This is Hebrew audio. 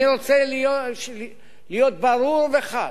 אני רוצה להיות ברור וחד,